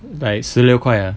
like 十六块 ah